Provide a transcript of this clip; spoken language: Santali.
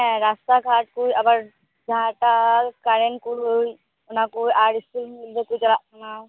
ᱮᱸ ᱨᱟᱥᱛᱟ ᱜᱷᱟᱴ ᱠᱚ ᱟᱵᱟᱨ ᱡᱟᱦᱟᱸᱴᱟᱜ ᱠᱟᱨᱮᱱᱠᱚᱡ ᱚᱱᱟᱠᱚ ᱟᱨ ᱤᱥᱠᱩᱞ ᱤᱡᱟᱹᱠᱩᱡᱟ ᱪᱟᱞᱟᱜ ᱠᱟᱱᱟ